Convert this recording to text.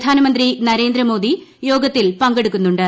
പ്രധാനമന്ത്രി നരേന്ദ്രമോദി യോർത്തിൽ പങ്കെടുക്കുന്നുണ്ട്